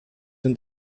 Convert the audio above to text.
und